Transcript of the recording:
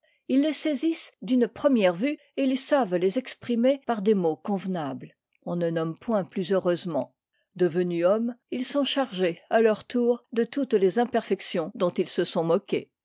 ils les saisissent d'une première vue et ils savent les exprimer par des mots convenables on ne nomme point plus heureusement devenus hommes ils sont chargés à leur tour de toutes les imperfections dont ils se sont moqués